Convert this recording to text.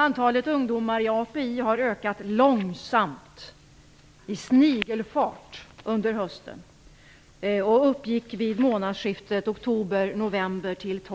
Antalet ungdomar i API har ökat långsamt, i snigelfart, under hösten och uppgick vid månadsskiftet oktober 94 uppgick